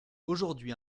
aujourd’hui